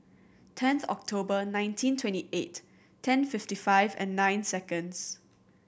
tenth October nineteen twenty eight ten fifty five and nine seconds